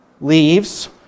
leaves